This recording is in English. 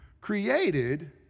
created